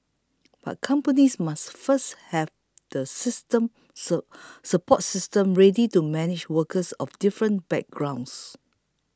but companies must first have the system sir support systems ready to manage workers of different backgrounds